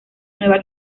nueva